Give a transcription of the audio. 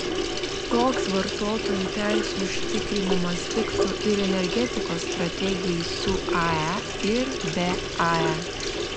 toks vartotojų teisių užtikrinimas tiktų ir energetikos strategijai su ae ir be ae